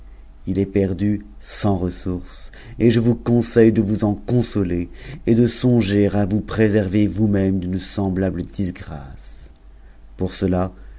il est perdu sans ressource et je vous conseille t e vous en consoler et de songer à vous préserver vous-même d'une semblable disgrâce pour cela